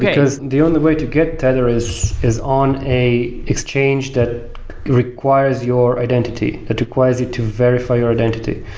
because the only way to get tether is is on a exchange that requires your identity. it requires you to verify your identity.